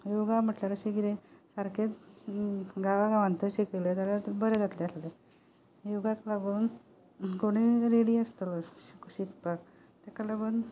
योगा म्हटल्यार अशें कितें सारकें गांवां गांवांनी तें शिकयलें जाल्यार बरें जातलें आसलें योगाक लागून कोणूय रॅडी आसतलो शिकपाक तेका लागून